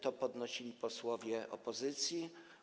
To podnosili posłowie opozycji.